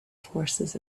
forces